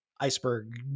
iceberg